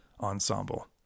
Ensemble